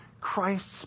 Christ's